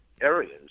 areas